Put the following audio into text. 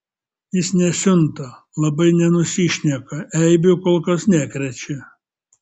jis nesiunta labai nenusišneka eibių kol kas nekrečia